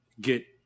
get